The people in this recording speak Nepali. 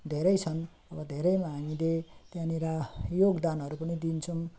धेरै छन् क धेरैलाई हामीले त्यहाँनिर योगदानहरू पनि दिन्छौँ